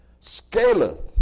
scaleth